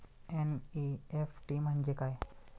NEFT म्हणजे काय?